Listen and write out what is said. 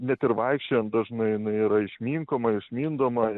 net ir vaikščiojant dažnai jinai yra išminkoma išmindoma